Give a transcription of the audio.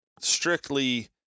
strictly